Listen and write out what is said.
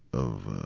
of, ah,